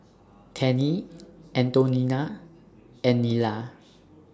Tennie Antonina and Nila